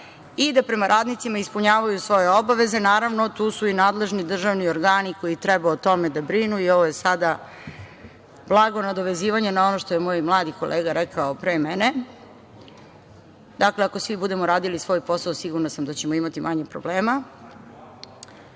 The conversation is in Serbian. i da prema radnicima ispunjavaju svoje obaveze. Naravno, tu su i nadležni državni organi koji treba o tome da brinu i ovo je sada blago nadovezivanje na ono što je moj mladi kolega rekao pre mene. Dakle, ako svi budemo radili svoj posao, sigurna sam da ćemo imati manje problema. Teška